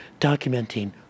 documenting